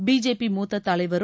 BJP மூத்த தலைவரும்